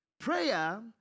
Prayer